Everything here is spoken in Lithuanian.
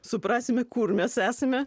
suprasime kur mes esame